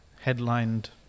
headlined